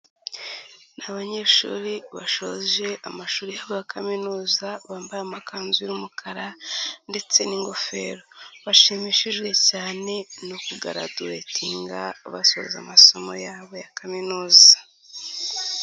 Ni abanyeshuri bashoje amashuri ba kaminuza bambaye amakanzu y'umukara ndetse n'ingofero, bashimishijwe cyane no kugaraduwetinga basoza amasomo yabo ya kaminuza.